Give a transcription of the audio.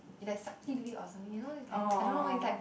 is like subtly do it or something you know it's like I don't know it's like